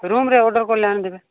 ରୁମ୍ରେ ଅର୍ଡର କରିଲେ ଆଣିକି ଦେବେ